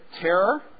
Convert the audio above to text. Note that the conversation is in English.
terror